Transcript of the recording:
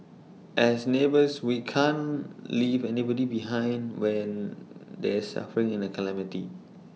as neighbours we can't leave anybody behind when they're suffering in A calamity